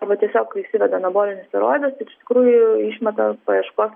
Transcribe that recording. arba tiesiog įsiveda anabolinis steroidas ir iš tikrųjų išmeta paieškos